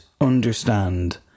understand